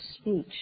speech